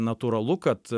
natūralu kad